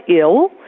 ill